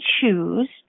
choose